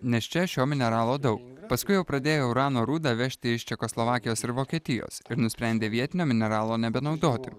nes čia šio mineralo daug paskui jau pradėjo urano rūdą vežti iš čekoslovakijos ir vokietijos ir nusprendė vietinio mineralo nebenaudoti